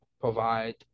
provide